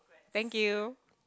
thank you